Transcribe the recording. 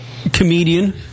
Comedian